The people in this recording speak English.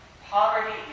Poverty